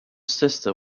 sister